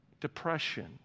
depression